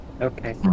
Okay